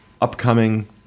upcoming